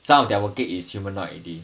some of their working is humanoid already